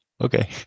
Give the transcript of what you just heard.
okay